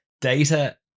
data